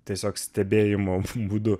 tiesiog stebėjimo būdu